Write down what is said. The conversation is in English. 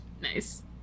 nice